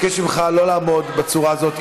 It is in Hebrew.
מבקש ממך לא לעמוד בצורה הזאת.